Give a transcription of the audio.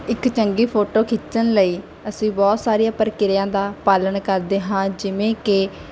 ਇੱਕ ਚੰਗੀ ਫੋਟੋ ਖਿੱਚਣ ਲਈ ਅਸੀਂ ਬਹੁਤ ਸਾਰੀਆਂ ਪ੍ਰਕਿਰਿਆ ਦਾ ਪਾਲਣ ਕਰਦੇ ਹਾਂ ਜਿਵੇਂ ਕਿ